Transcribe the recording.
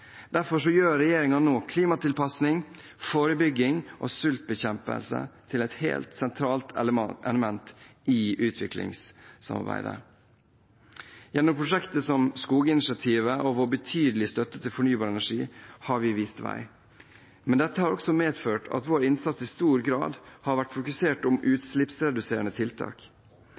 gjør regjeringen nå klimatilpasning, forebygging og sultbekjempelse til et helt sentralt element i utviklingsarbeidet. Gjennom prosjekter som skoginitiativet og vår betydelige støtte til fornybar energi har vi vist vei. Men dette har også medført at vår innsats i stor grad har vært fokusert om utslippsreduserende tiltak.